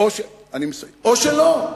או שלא?